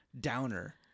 downer